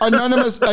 Anonymous